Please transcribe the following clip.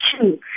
Two